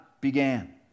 began